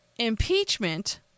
Impeachment